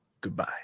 Goodbye